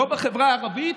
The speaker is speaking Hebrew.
לא בחברה הערבית,